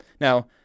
Now